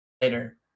later